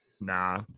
Nah